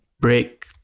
break